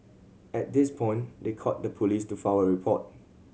at this point they called the police to file a report